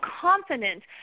confident